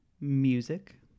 music